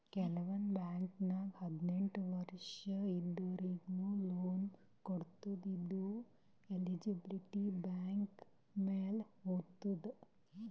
ಕೆಲವಂದ್ ಬಾಂಕ್ದಾಗ್ ಹದ್ನೆಂಟ್ ವಯಸ್ಸ್ ಇದ್ದೋರಿಗ್ನು ಲೋನ್ ಕೊಡ್ತದ್ ಇದು ಎಲಿಜಿಬಿಲಿಟಿ ಬ್ಯಾಂಕ್ ಮ್ಯಾಲ್ ಹೊತದ್